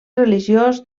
religiós